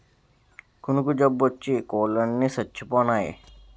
కునుకు జబ్బోచ్చి కోలన్ని సచ్చిపోనాయి